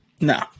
No